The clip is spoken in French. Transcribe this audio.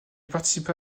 participa